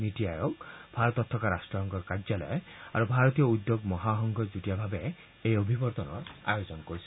নীতি আয়োগ ভাৰতত থকা ৰাট্টসংঘৰ কাৰ্যালয় আৰু ভাৰতীয় উদ্যোগ মহাসংঘই যুটীয়াভাৱে এই অভিৱৰ্তনৰ আয়োজন কৰিছে